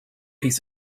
piece